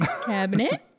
Cabinet